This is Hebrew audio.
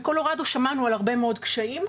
בקולורדו שמענו על הרבה מאוד קשיים,